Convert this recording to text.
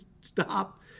stop